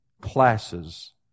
classes